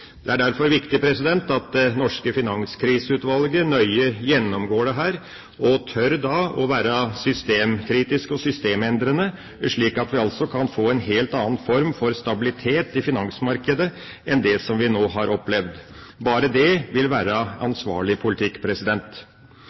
Det er derfor viktig at det norske Finanskriseutvalget nøye gjennomgår dette og tør å være systemkritiske og systemendrende, slik at vi kan få en helt annen form for stabilitet i finansmarkedet enn det vi nå har opplevd. Bare det vil være ansvarlig politikk.